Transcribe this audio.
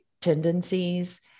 tendencies